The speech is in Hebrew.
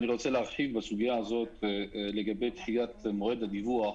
אני רוצה להרחיב בסוגיה הזאת לגבי דחיית מועד הדיווח.